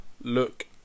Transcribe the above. look